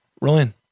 Ryan